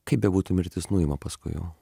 kaip bebūtų mirtis nuima paskui jau